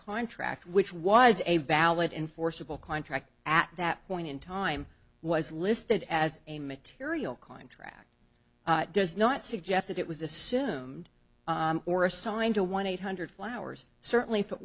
contract which was a valid enforceable contract at that point in time was listed as a material contract does not suggest that it was assumed or assigned to one eight hundred flowers certainly i